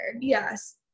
Yes